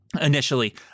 initially